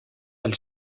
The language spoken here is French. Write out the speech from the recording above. elle